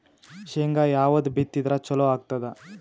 ಶೇಂಗಾ ಯಾವದ್ ಬಿತ್ತಿದರ ಚಲೋ ಆಗತದ?